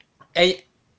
and